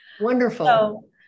Wonderful